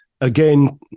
again